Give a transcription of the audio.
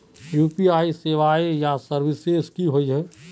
UPI सेवाएँ या services की होय?